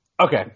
Okay